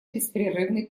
беспрерывный